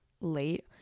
late